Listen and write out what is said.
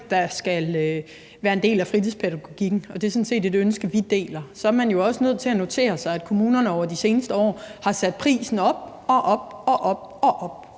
der skal være en del af fritidspædagogikken – og det er sådan set et ønske, vi deler – så er man jo også nødt til at notere sig, at kommunerne over de seneste år har sat prisen op og op og